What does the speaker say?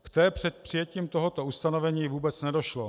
K té před přijetím tohoto ustanovení vůbec nedošlo.